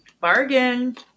bargain